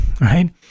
right